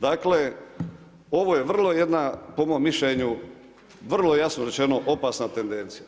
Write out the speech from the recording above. Dakle ovo je vrlo jedna po mom mišljenju, vrlo jasno rečeno opasna tendencija.